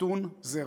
ומיתון זה רע.